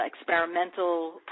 experimental